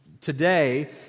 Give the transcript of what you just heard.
today